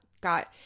got